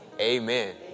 Amen